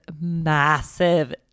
massive